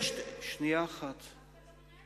אף אחד לא מנע את זה בחוק.